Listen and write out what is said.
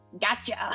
gotcha